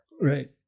Right